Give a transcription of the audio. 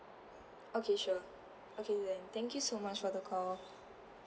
okay sure okay then thank you so much for the call